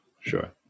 sure